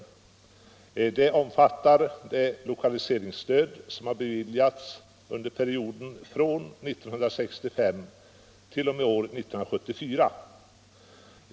Exemplet omfattar lokaliseringsstöd som beviljats perioden 1965-1974.